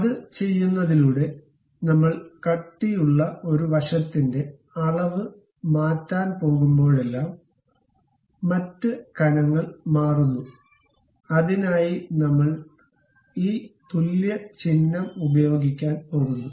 അത് ചെയ്യുന്നതിലൂടെ നമ്മൾ കട്ടിയുള്ള ഒരു വശത്തിന്റെ അളവ് മാറ്റാൻ പോകുമ്പോഴെല്ലാം മറ്റ് കനങ്ങൾ മാറുന്നു അതിനായി നമ്മൾ ഈ തുല്യ ചിഹ്നം ഉപയോഗിക്കാൻ പോകുന്നു